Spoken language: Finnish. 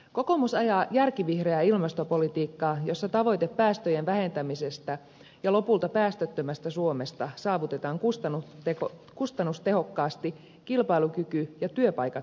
kokoomus ajaa järkivihreää ilmastopolitiikkaa jossa tavoite päästöjen vähentämisestä ja lopulta päästöttömästä suomesta saavutetaan kustannustehokkaasti kilpailukyky ja työpaikat säilyttäen